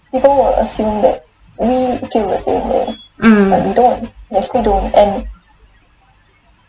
mm